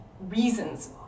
reasons